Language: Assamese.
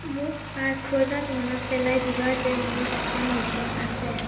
মোক পাঁচ বজাত মনত পেলাই দিবা যে মোৰ এখন মিটিং আছে